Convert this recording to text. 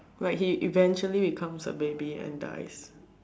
like he eventually becomes a baby and dies